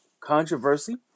controversy